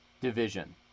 division